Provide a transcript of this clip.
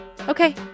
Okay